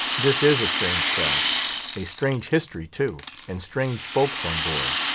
this is a strange craft a strange history, too, and strange folks on board.